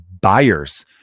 buyers